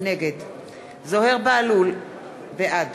נגד זוהיר בהלול, בעד